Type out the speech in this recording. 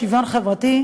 המשרד לשוויון חברתי,